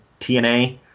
TNA